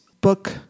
book